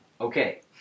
Okay